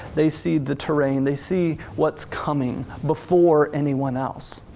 they see the terrain, they see what's coming before anyone else.